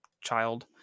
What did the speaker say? child